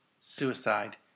suicide